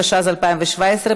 התשע"ז 2017,